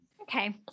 Okay